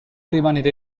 rimanere